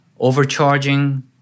Overcharging